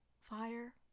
fire